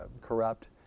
corrupt